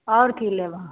आओर की लेबै